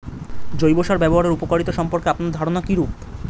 জৈব সার ব্যাবহারের উপকারিতা সম্পর্কে আপনার ধারনা কীরূপ?